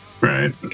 right